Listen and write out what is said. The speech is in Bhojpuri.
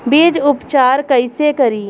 बीज उपचार कईसे करी?